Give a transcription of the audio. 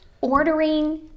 ordering